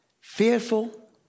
fearful